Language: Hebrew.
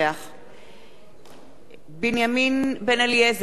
בנימין בן-אליעזר, אינו נוכח